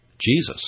Jesus